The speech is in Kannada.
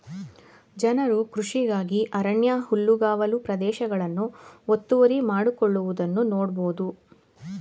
ಜನರು ಕೃಷಿಗಾಗಿ ಅರಣ್ಯ ಹುಲ್ಲುಗಾವಲು ಪ್ರದೇಶಗಳನ್ನು ಒತ್ತುವರಿ ಮಾಡಿಕೊಳ್ಳುವುದನ್ನು ನೋಡ್ಬೋದು